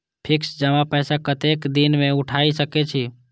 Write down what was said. Fix जमा पैसा कतेक दिन में उठाई सके छी?